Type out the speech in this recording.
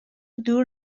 دور